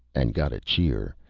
and got a cheer,